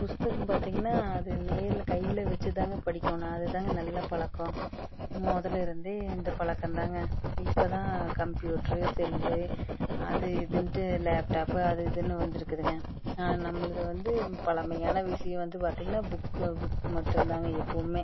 புத்தகம் பார்த்திங்கனா அதில் நேரில் கையில் வச்சு தாங்க படிக்கணும் அது தாங்க நல்ல பழக்கம் முதல்ல இருந்து இந்த பழக்கம் தாங்க இப்போ தான் கம்ப்யூட்ர் செல் அது இதுன்னு லேப்டாப் அது இதுன்னு வந்துருக்குதுங்க நம்மளுது வந்து பழமையான விஷயம் வந்து பார்த்திங்கனா புக் புக் மட்டும் தாங்க எப்போவும்